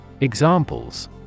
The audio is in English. Examples